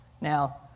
Now